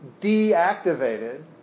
deactivated